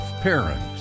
Parents